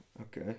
Okay